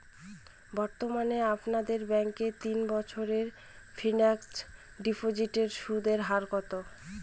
বর্তমানে আপনাদের ব্যাঙ্কে তিন বছরের ফিক্সট ডিপোজিটের সুদের হার কত?